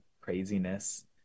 craziness